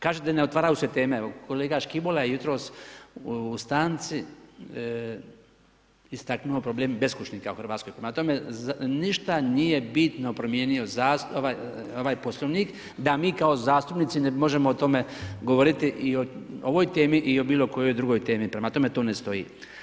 Kažete ne otvaraju se teme, evo kolega Škibola je jutros u stanci istaknuo problem beskućnika u Hrvatskoj, prema tome ništa nije bitno promijenio ovaj Poslovnik da mi kao zastupnici ne možemo o tome govoriti i ovoj temi i o bilokojoj drugoj temi, prema tome, to ne stoji.